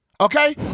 Okay